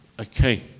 Okay